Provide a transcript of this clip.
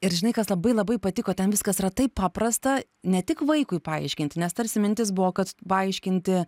ir žinai kas labai labai patiko ten viskas yra taip paprasta ne tik vaikui paaiškinti nes tarsi mintis buvo kad paaiškinti